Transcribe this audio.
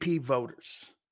voters